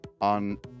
on